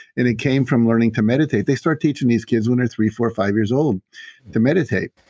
and it came from learning to meditate. they start teaching these kids when they're three, four, five years old to meditate.